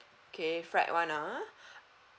okay fried [one] ah